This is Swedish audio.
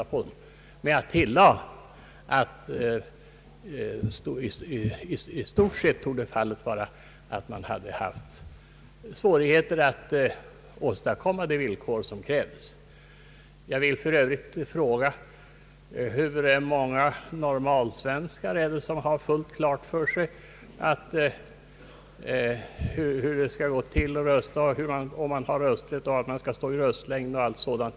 Men jag tillade att det låga valdeltagandet i stort sett torde ha berott på att utlandssvenskarna hade svårt att uppfylla de villkor som krävs. Jag vill för övrigt fråga: Hur många normalsvenskar är det som har fullt klart för sig hur de skall gå till väga för att få rösta, om de har rösträtt, vad som gäller i fråga om röstlängd och allt sådant?